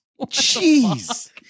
Jeez